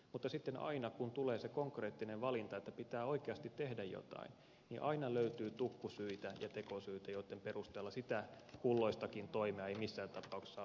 mutta sitten aina kun tulee se konkreettinen valinta että pitää oikeasti tehdä jotain aina löytyy tukku syitä ja tekosyitä joitten perusteella sitä kulloistakin toimea ei missään tapauksessa saa hyväksyä